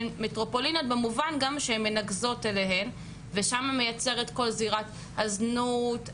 שהן מטרופוליניות גם במובן שהן מנקזות אליהן ושם נוצרת כל זירת הזנות,